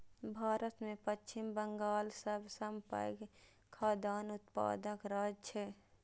भारत मे पश्चिम बंगाल सबसं पैघ खाद्यान्न उत्पादक राज्य छियै